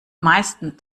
meisten